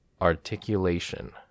articulation